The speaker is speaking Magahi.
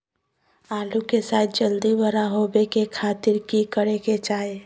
आलू के साइज जल्दी बड़ा होबे के खातिर की करे के चाही?